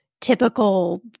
typical